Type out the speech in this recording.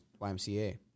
YMCA